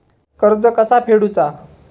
कर्ज कसा फेडुचा?